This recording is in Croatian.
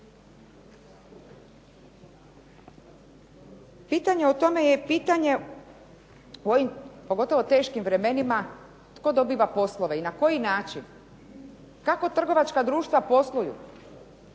Pitanje o tome je pitanje pogotovo u ovim teškim vremenima, tko dobiva poslove i na koji način, kako trgovačka društva posluju,